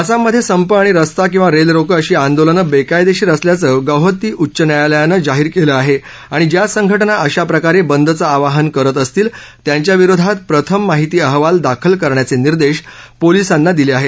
आसाममध्ये संप आणि रस्ता किंवा रेल रोको अशी आंदोलनं बेकायदेशीर असल्याचं गौहत्ती उच्च न्यायालयानं जाहीर केलं आहे आणि ज्या संघटना अशा प्रकारे बंदचं आवाहन करत असतील त्यांच्याविरोधात प्रथम माहिती अहवाल दाखल करण्याचे निर्देश पोलिसांना दिले आहेत